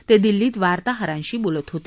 ते दिल्लीत वार्ताहरांशी बोलत होते